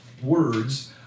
Words